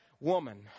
woman